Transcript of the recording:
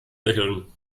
lächeln